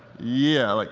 yeah, like